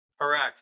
Correct